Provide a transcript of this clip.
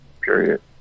period